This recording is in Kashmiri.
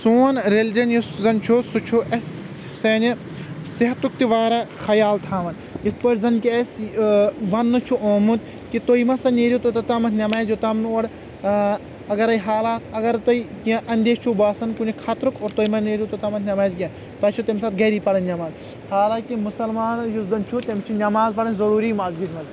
سون ریٚلِجن یُس زن چُھ سُہ چُھ اَسہِ سانہِ صحتُک تہِ واریاہ خیال تھاون یِتھ پأٹھۍ زن کہ اَسہِ وننہٕ چُھ آمُت کہ تُہۍ ما سا نیرو توٚتتھ تامتھ نمازِ یوٚتام نہٕ اورٕ اگرے حالات اگر تۄہہِ کیٚنٛہہ اندیشہِ چھو باسان کُنہِ خطرُک اور تُہۍ مہ نیرِو توٚتامتھ نٮ۪مازِ کیٚنٛہہ تۄہہِ چھ تٔمہِ ساتہٕ گرے پرٕنۍ نٮ۪ماز حالانکہ مسلمان یُس زن چُھ تٔمِس چھ نٮ۪ماز پرٕنۍ ضروٗری مسجدِ منٛز